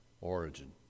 origin